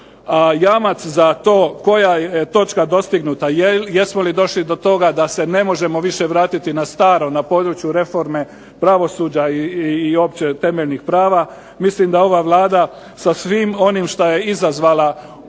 Jamac za to koja je točka dostignuta, jesmo li došli do toga da se ne možemo više vratiti na staro, na području reforme pravosuđa i opće temeljnih prava. Mislim da ova Vlada sa svim onim što je izazvala u